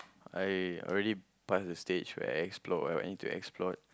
I already passed the stage where explore what I need to explore